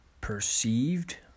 perceived